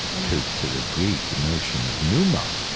to to the greek notion of pneuma,